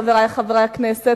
חברי חברי הכנסת,